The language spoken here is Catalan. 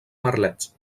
merlets